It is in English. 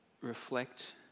reflect